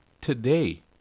today